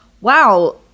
wow